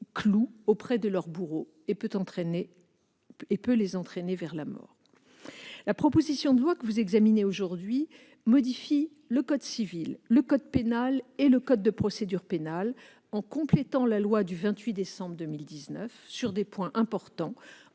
cloue auprès de leur bourreau et peut les entraîner vers la mort. La proposition de loi que vous examinez aujourd'hui modifie le code civil, le code pénal et le code de procédure pénale en complétant la loi du 28 décembre 2019 sur des points importants,